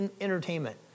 entertainment